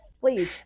Please